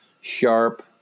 sharp